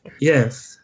Yes